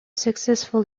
successful